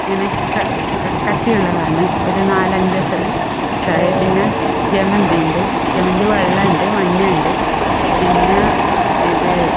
ഇങ്ങനെ ക കട്ടിയുള്ളതാണ് ഒരു നാലഞ്ചെസള് ഇതായി പിന്നെ ജമന്തി ഉണ്ട് ജമന്തി വെള്ള ഉണ്ട് മഞ്ഞ ഉണ്ട് പിന്നെ ഇത്